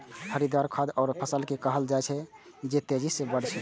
हरियर खाद ओहन फसल कें कहल जाइ छै, जे तेजी सं बढ़ै छै